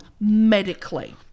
medically